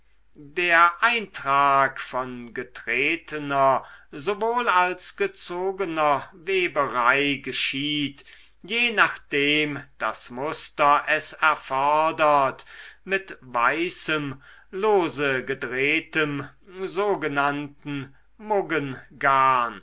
der eintrag von getretener sowohl als gezogener weberei geschieht je nachdem das muster es erfordert mit weißem lose gedrehtem sogenannten